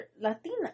Latina